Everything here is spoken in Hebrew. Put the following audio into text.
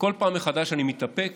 וכל פעם מחדש אני מתאפק